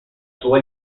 sua